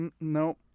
no